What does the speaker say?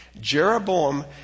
Jeroboam